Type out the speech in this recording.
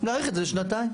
להאריך את זה לשנתיים.